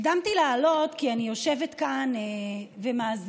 הקדמתי לעלות כי אני יושבת כאן ומאזינה